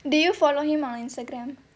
did you follow him on Instagram